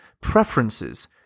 preferences